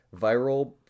viral